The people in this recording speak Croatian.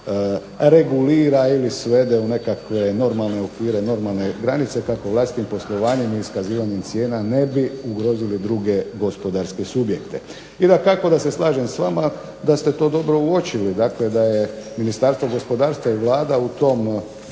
regulira ili svede u nekakve normalne okvire, normalne granice kako vlastitim poslovanjem i iskazivanjem cijena ne bi ugrozili druge gospodarske subjekte. I dakako da se slažem s vama da ste to dobro uočili, dakle da je Ministarstvo gospodarstva i Vlada u tom